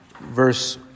verse